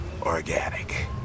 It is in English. organic